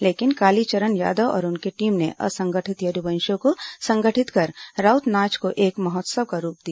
लेकिन कालीचरण यादव और उनकी टीम ने असंगठित यदुवंशियों को संगठित कर राउत नाच को एक महोत्सव का रूप दिया